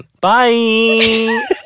Bye